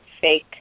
fake